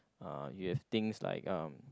uh you have things like uh